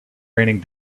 raining